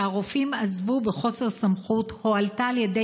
שהרופאים עזבו בחוסר סמכות הועלתה על ידי